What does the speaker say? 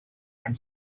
and